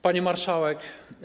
Pani Marszałek!